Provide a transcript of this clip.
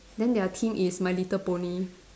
then their theme is my little pony